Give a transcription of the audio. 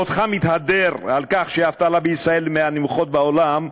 בעודך מתהדר בכך שהאבטלה בישראל היא מהנמוכות בעולם,